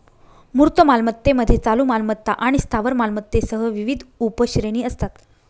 मूर्त मालमत्तेमध्ये चालू मालमत्ता आणि स्थावर मालमत्तेसह विविध उपश्रेणी असतात